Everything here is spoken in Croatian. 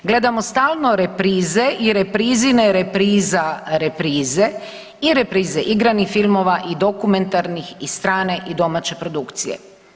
Gledamo stalno reprize i reprizine repriza reprize i reprize igranih filmova i dokumentarnih i strane i domaće produkcije.